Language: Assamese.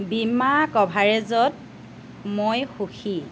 বীমা কভাৰেজত মই সুখী